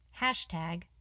Hashtag